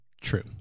True